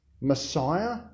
Messiah